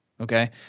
okay